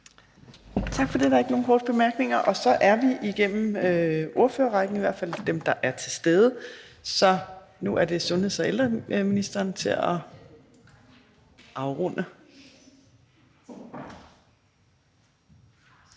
Tak for det. Der er ikke nogen korte bemærkninger. Så er vi igennem ordførerrækken, i hvert fald dem, der er til stede, så nu er det sundheds- og ældreministeren for at afrunde.